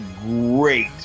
great